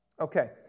Okay